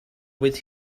with